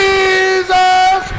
Jesus